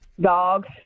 Dogs